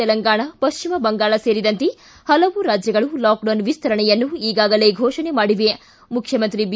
ತೆಲಂಗಾಣ ಪಶ್ವಿಮಬಂಗಾಳ ಸೇರಿದಂತೆ ಪಲವು ರಾಜ್ಯಗಳು ಲಾಕ್ಡೌನ್ ವಿಸ್ತರಣೆಯನ್ನು ಈಗಾಗಲೇ ಫೋಷಣೆ ಮಾಡಿವೆ ಮುಖ್ಯಮಂತ್ರಿ ಬಿ